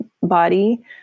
body